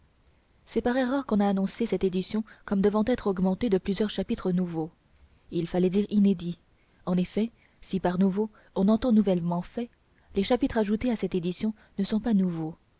c'est par erreur qu'on a annoncé cette édition comme devant être augmentée de plusieurs chapitres nouveaux il fallait dire inédits en effet si par nouveaux on entend nouvellement faits les chapitres ajoutés à cette édition ne sont pas nouveaux